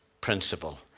principle